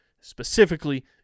Specifically